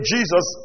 Jesus